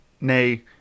nay